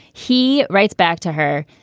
he writes back to her.